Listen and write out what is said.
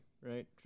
right